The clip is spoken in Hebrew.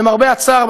למרבה הצער,